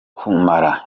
kumara